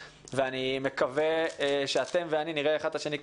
ואני מקווה שאתם ואני נראה אחד את השני כשותפים,